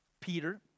Peter